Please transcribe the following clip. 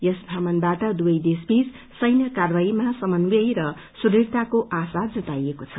यस भ्रमणवाट दुवै देशवीच सैन्य कारवाहीमा समन्वय र सुदृढ़ताको आशा जताइएको छ